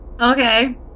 okay